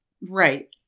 Right